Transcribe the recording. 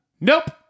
Nope